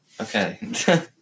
Okay